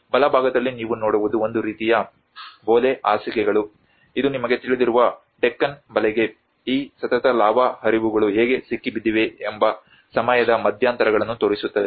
ಬಲಭಾಗದಲ್ಲಿ ನೀವು ನೋಡುವುದು ಒಂದು ರೀತಿಯ ಬೋಲೆ ಹಾಸಿಗೆಗಳು ಇದು ನಿಮಗೆ ತಿಳಿದಿರುವ ಡೆಕ್ಕನ್ ಬಲೆಗೆ ಈ ಸತತ ಲಾವಾ ಹರಿವುಗಳು ಹೇಗೆ ಸಿಕ್ಕಿಬಿದ್ದಿವೆ ಎಂಬ ಸಮಯದ ಮಧ್ಯಂತರಗಳನ್ನು ತೋರಿಸುತ್ತದೆ